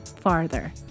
farther